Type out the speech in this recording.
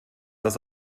das